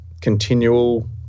continual